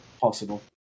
Possible